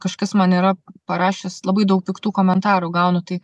kažkas man yra parašęs labai daug piktų komentarų gaunu tai